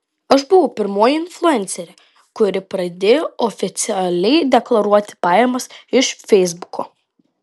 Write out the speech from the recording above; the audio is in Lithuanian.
aš buvau pirmoji influencerė kuri pradėjo oficialiai deklaruoti pajamas iš feisbuko